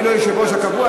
אני לא היושב-ראש הקבוע.